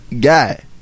Guy